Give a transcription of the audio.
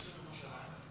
איזו ירושלים?